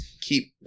keep